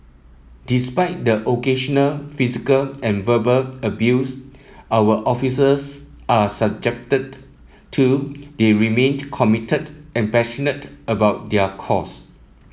despite the occasional physical and verbal abuse our officers are subjected to they remained committed and passionate about their cause